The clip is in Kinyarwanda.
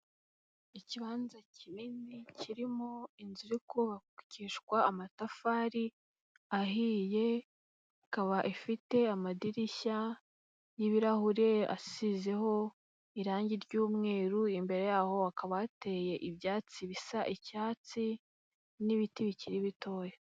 Ikibanza kinini kirimo inzu iri kubakishwa amatafari ahiye, ikaba ifite amadirishya y'ibirahure asizeho irangi ry'mweru, imbere yahokaba hateye ibyatsi bisa icyatsi, n'ibiti bikiri bitoya.